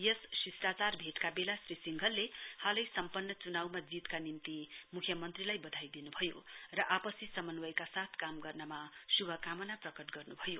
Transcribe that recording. यस शिष्टाचार भेटका बेला श्री सिंघलले हालै सम्पन्न चुनावमा जीतका निम्ति बधाई दिनु भयो र आपसी समन्वयकका साथ काम गर्ने श्भकामना प्रकट गर्न् भयो